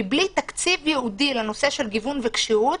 כי בלי תקציב ייעודי לנושא של גיוון וכשירות,